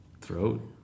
Throat